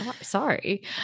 sorry